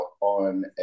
on